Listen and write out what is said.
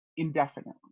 indefinitely